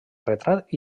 retrat